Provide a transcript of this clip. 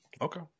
Okay